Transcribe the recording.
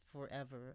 forever